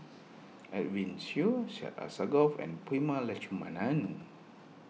Edwin Siew Syed Alsagoff and Prema Letchumanan